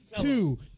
two